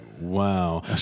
wow